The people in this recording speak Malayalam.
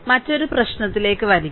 മറ്റൊരു പ്രശ്നത്തിലേക്ക് വരിക